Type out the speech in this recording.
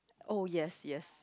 oh yes yes